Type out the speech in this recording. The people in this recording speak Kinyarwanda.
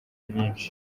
nyinshi